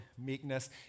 meekness